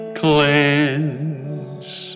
cleanse